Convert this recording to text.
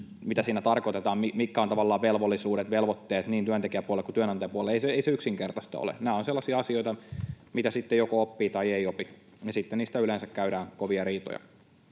mitä siinä tarkoitetaan, mitkä ovat tavallaan velvollisuudet, velvoitteet niin työntekijäpuolella kuin työnantajapuolella. Ei se yksinkertaista ole. Nämä ovat sellaisia asioita, mitkä sitten joko oppii tai ei opi, ja sitten niistä yleensä käydään kovia riitoja.